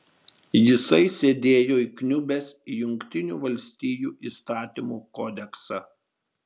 jisai sėdėjo įkniubęs į jungtinių valstijų įstatymų kodeksą